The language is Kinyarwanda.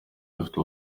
afite